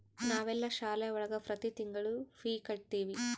ನಾವೆಲ್ಲ ಶಾಲೆ ಒಳಗ ಪ್ರತಿ ತಿಂಗಳು ಫೀ ಕಟ್ಟುತಿವಿ